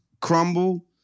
crumble